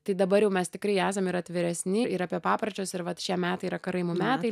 tai dabar jau mes tikrai esam ir atviresni ir apie papročius ir vat šie metai yra karaimų metai